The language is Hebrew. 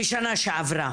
בשנה שעברה.